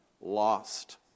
lost